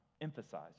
emphasize